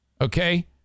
okay